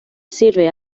sirve